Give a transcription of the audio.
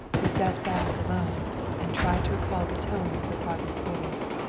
who sat back alone and tried to recall the tones of harvey's voice.